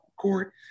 court